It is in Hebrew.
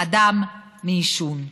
אדם מעישון.